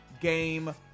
game